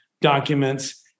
documents